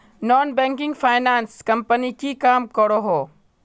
Non banking finance company की काम करोहो?